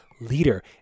leader